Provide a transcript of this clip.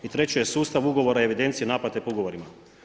I treće je sustav ugovora evidencije i naplate po ugovorima.